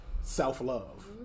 self-love